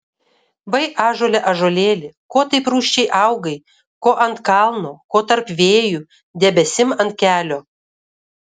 vai ąžuole ąžuolėli ko taip rūsčiai augai ko ant kalno ko tarp vėjų debesim ant kelio